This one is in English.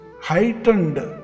heightened